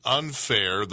unfair